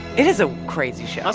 it is a crazy show also,